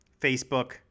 Facebook